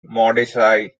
mordecai